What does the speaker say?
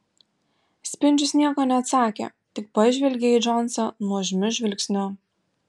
spindžius nieko neatsakė tik pažvelgė į džonsą nuožmiu žvilgsniu